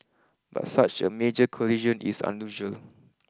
but such a major collision is unusual